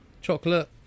Chocolate